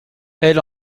elle